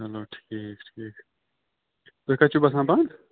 چلو ٹھیٖک ٹھیٖک تُہۍ کَتہِ چھُو بَسان پانہٕ